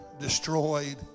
destroyed